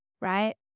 right